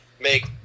Make